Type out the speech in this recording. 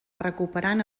recuperant